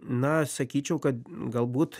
na sakyčiau kad galbūt